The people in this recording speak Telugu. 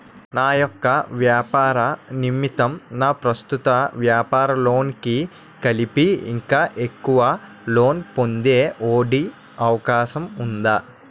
నా యెక్క వ్యాపార నిమిత్తం నా ప్రస్తుత వ్యాపార లోన్ కి కలిపి ఇంకా ఎక్కువ లోన్ పొందే ఒ.డి అవకాశం ఉందా?